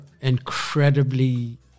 incredibly